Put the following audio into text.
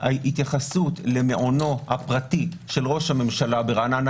התייחסות למעונו הפרטי של ראש הממשלה ברעננה